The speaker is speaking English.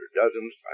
dozens